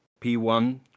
P1